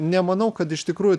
nemanau kad iš tikrųjų